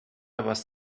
was